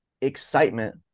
excitement